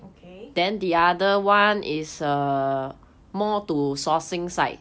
okay